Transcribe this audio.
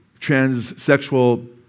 transsexual